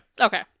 okay